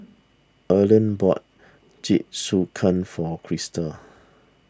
Earlean bought Jingisukan for Kristal